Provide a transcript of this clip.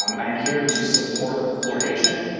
um i'm here to support fluoridation.